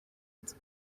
its